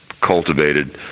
cultivated